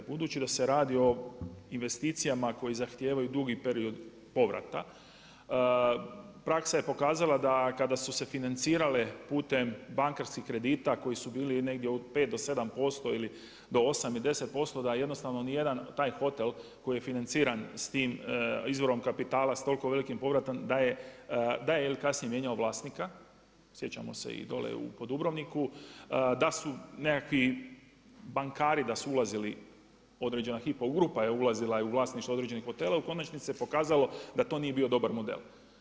Budući da se radi o investicijama koje zahtijevaju dugi period povrata, praksa je pokazala da kada su se financirale putem bankarskih kredita koji su bili negdje od 5 do 7% ili do 8 i 10%, da jednostavno nijedan taj hotel koji je financiran s tim izvorom kapitala, s toliko velikim povratom, da je kasnije mijenjao vlasnika, sjećamo se i dolje po Dubrovniku, da su nekakvi bankari, da su ulazili, određena Hypo grupa je ulazila u vlasništvo određenih hotela, u konačnici se pokazalo da to nije bio dobar model.